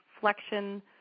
flexion